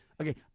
Okay